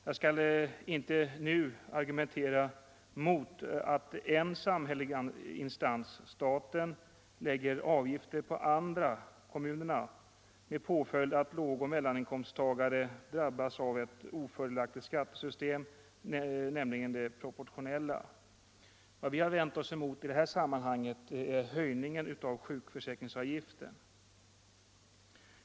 Jag skall inte nu argumentera mot att en samhällelig instans, staten, lägger avgifter på andra samhälleliga instanser, kommunerna, med påföljd att lågoch mellaninkomsttagare drabbas av ett ofördelaktigt skattesystem — det proportionella. Vad vi har vänt oss emot i det här sammanhanget är höjningen av sjukförsäkringsavgiften.